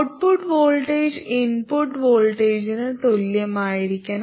output voltage input വോൾട്ടേജിന് തുല്യമായിരിക്കണം